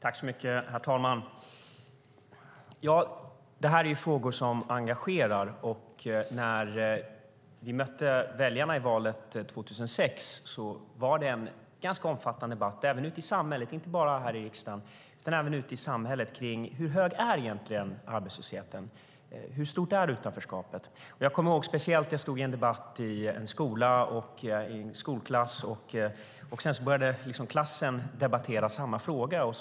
Herr talman! Det här är frågor som engagerar. När vi mötte väljarna inför valet 2006 var det en ganska omfattande debatt, inte bara här i riksdagen utan även ute i samhället, om hur hög arbetslösheten egentligen var och hur stort utanförskapet egentligen var. Jag hade en debatt i en skolklass som själv började debattera.